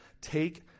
take